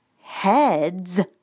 heads